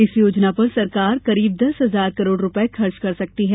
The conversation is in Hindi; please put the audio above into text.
इस योजना पर सरकार करीब दस हजार करोड़ रुपये खर्च कर सकती है